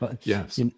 Yes